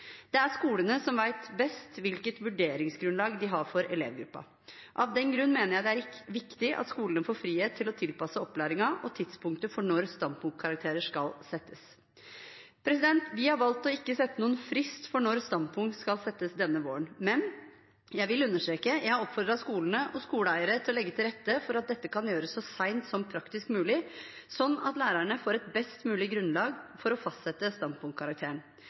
Det er skolene som vet best hvilket vurderingsgrunnlag de har for elevgruppen. Av den grunn mener jeg det er viktig at skolene får frihet til å tilpasse opplæringen og tidspunktet for når standpunktkarakterer skal settes. Vi har valgt å ikke sette noen frist for når standpunkt skal settes denne våren. Men – og det vil jeg understreke: Jeg har oppfordret skolene og skoleeierne til å legge til rette for at dette kan gjøres så sent som praktisk mulig, slik at lærerne får et best mulig grunnlag for å fastsette standpunktkarakteren.